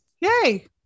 Yay